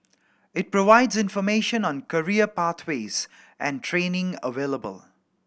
it provides information on career pathways and training available